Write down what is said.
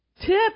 tip